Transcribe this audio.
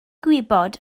gwybod